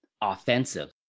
offensive